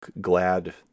glad